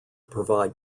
provide